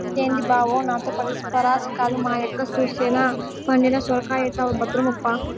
ఏంది బావో నాతో పరాసికాలు, మా యక్క సూసెనా పండిన సొరకాయైతవు భద్రమప్పా